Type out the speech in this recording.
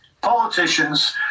politicians